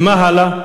ומה הלאה?